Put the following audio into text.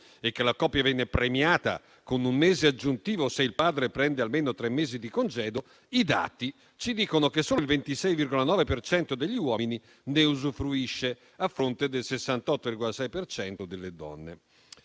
e che la coppia venga premiata con un mese aggiuntivo se il padre prende almeno tre mesi di congedo, i dati ci dicono che solo il 26,9 per cento degli uomini ne usufruisce, a fronte del 68,6 per cento